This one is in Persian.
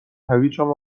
هویجم